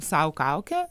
sau kaukę